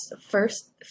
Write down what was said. first